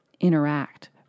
interact